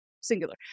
singular